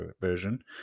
version